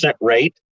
rate